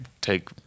take